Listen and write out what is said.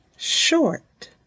Short